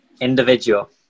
Individual